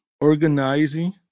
organizing